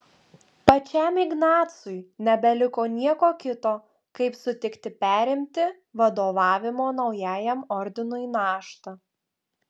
pačiam ignacui nebeliko nieko kito kaip sutikti perimti vadovavimo naujajam ordinui naštą